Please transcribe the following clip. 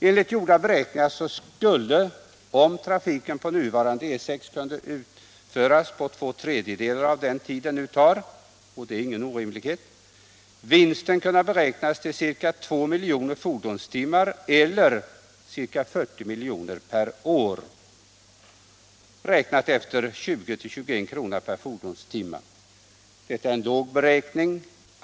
Enligt gjorda beräkaingar skulle — om trafiken på nuvarande E 6 kunde utföras på två tredjedelar av den tid det nu tar, och det är ingen orimlighet —- vinsten kunna beräknas till ca 2 miljoner fordonstimmar eller ca 40 milj.kr. per år, räknat efter 20-21 kr. per fordonstimme. Detta är en låg beräkning.